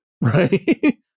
Right